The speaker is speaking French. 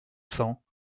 cents